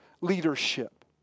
leadership